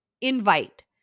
invite